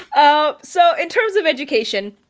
um so in terms of education,